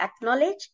acknowledge